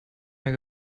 mehr